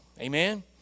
Amen